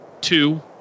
Two